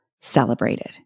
celebrated